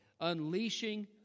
Unleashing